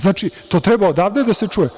Znači, to treba odavde da se čuje.